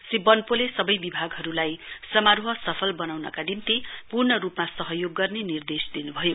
श्री वन्पोले सबै विभागहरुलाई समारोह सफल बनाउनका निम्ति पूर्ण रुपमा सहयोग गर्ने निर्देश दिन्भयो